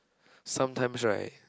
sometimes right